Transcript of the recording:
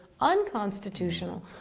unconstitutional